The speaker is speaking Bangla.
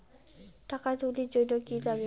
টাকা তুলির জন্যে কি লাগে?